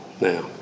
now